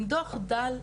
עם דוח דל,